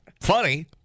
funny